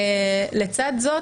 לצד זאת,